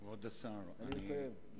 כבוד השר, אני מסיים.